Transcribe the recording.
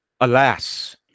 alas